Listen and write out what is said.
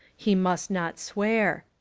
he must not swear.